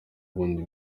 ibindi